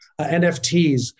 NFTs